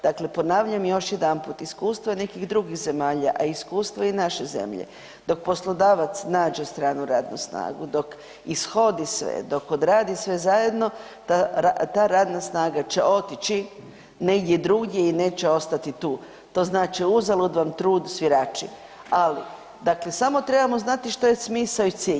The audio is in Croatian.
Dakle, ponavljam još jedanput, iskustva nekih drugih zemalja, a iskustva i naše zemlje, dok poslodavac nađe stranu radnu snagu, dok ishodi sve, dok odradi sve zajedno ta radna snaga će otići negdje drugdje i neće ostati tu, to znači uzalud vam trud svirači, ali dakle samo trebamo znati što je smisao i cilj.